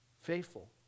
faithful